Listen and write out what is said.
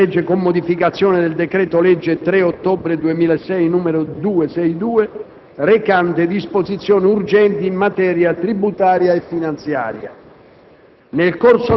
«Conversione in legge, con modificazioni, del decreto-legge 3 ottobre 2006, n. 262, recante disposizioni urgenti in materia tributaria e finanziaria».